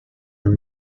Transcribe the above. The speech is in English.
and